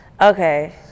okay